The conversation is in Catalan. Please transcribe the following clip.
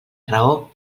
raó